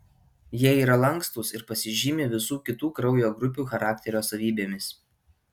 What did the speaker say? jie yra lankstūs ir pasižymi visų kitų kraujo grupių charakterio savybėmis